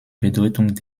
bedeutung